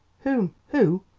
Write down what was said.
whom? who!